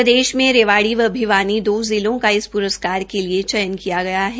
प्रदेश में रेवाड़ी व भिवानी दो जिलों को इस प्रस्कार के लिए चयन किया गया है